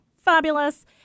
fabulous